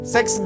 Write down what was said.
Sex